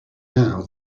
now